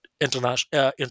international